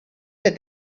said